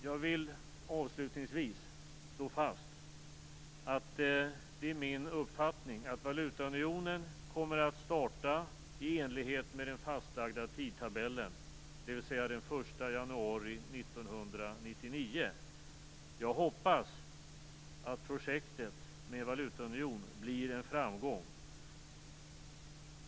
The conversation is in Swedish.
Jag vill avslutningsvis slå fast att det är min uppfattning att valutaunionen kommer att starta i enlighet med den fastlagda tidtabellen, dvs. den 1 januari 1999. Jag hoppas att projektet med en valutaunion blir en framgång.